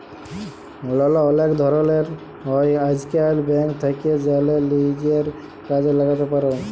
লল অলেক ধরলের হ্যয় আইজকাল, ব্যাংক থ্যাকে জ্যালে লিজের কাজে ল্যাগাতে পার